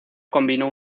combinó